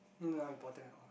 no important at all